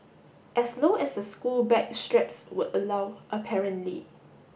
as low as the school bag straps would allow apparently